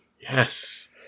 Yes